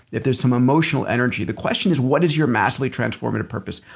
if there's some emotional energy, the question is what is your massively transformative purpose?